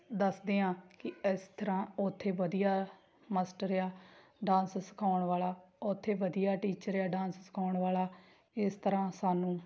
ਦੱਸਦੇ ਹਾਂ ਕਿ ਇਸ ਤਰ੍ਹਾਂ ਉੱਥੇ ਵਧੀਆ ਮਸਟਰ ਆ ਡਾਂਸ ਸਿਖਾਉਣ ਵਾਲਾ ਉੱਥੇ ਵਧੀਆ ਟੀਚਰ ਆ ਡਾਂਸ ਸਿਖਾਉਣ ਵਾਲਾ ਇਸ ਤਰ੍ਹਾਂ ਸਾਨੂੰ